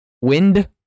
wind